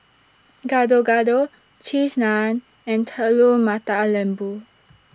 Gado Gado Cheese Naan and Telur Mata Lembu